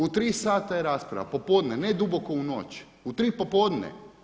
U tri sada je rasprava, popodne, ne duboko u noć u tri popodne.